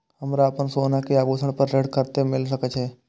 हमरा अपन सोना के आभूषण पर ऋण कते मिल सके छे?